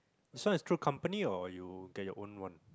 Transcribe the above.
this one is through company or you get your own one